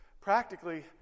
Practically